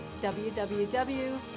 www